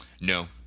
No